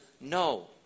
no